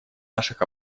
наших